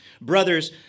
brothers